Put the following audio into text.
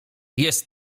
jest